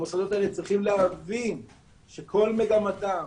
המוסדות האלה צריכים להבין שכל מגמתם,